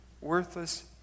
worthless